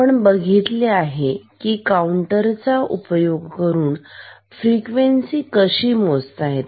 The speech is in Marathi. आपण बघितले की काउंटर चा उपयोग करून फ्रिक्वेन्सी कशी मोजायची